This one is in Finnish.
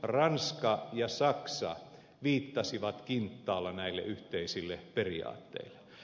ranska ja saksa viittasivat kinttaalla näille yhteisille periaatteille